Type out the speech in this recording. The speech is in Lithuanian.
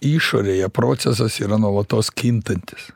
išorėje procesas yra nuolatos kintantis